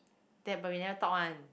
that but we never talk one